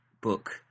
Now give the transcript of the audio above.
book